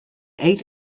eight